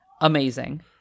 amazing